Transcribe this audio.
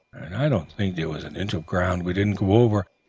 and i don't think there was an inch of ground we didn't go over,